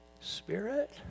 Spirit